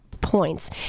points